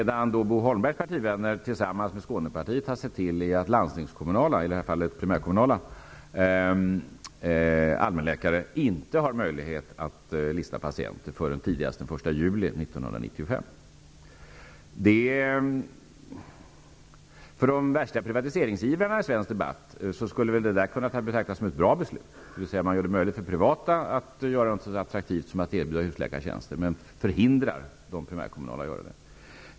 Det Bo Skånepartiet har sett till är att landstingskommunala, i det här fallet primärkommunala, allmänläkare inte har möjlighet att lista patienter förrän tidigast den 1 juli För de värsta privatiseringsivrarna i svensk debatt skulle väl detta kunna betraktas som ett bra beslut, dvs. att man gör det möjligt för de privata läkarna att göra något så attraktivt som att erbjuda husläkartjänster men förhindrar de primärkommunala läkarna att göra det.